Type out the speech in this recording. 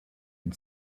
and